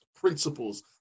principles